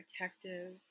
protective